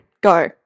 Go